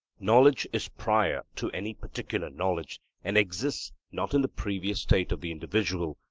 knowledge is prior to any particular knowledge, and exists not in the previous state of the individual,